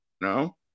No